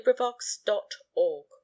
LibriVox.org